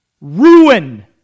ruin